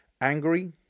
Angry